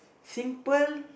simple